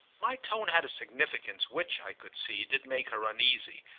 my tone had a significance which, i could see, did make her uneasy,